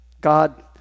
God